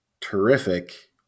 terrific